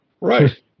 right